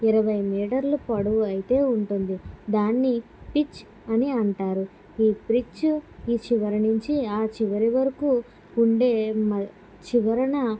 ఇరవై మీటర్లు పొడవు అయితే ఉంటుంది దాన్ని పిచ్ అని అంటారు ఈ పిచ్ ఈ చివరి నుంచి ఆ చివరి వరకు ఉండే చివరన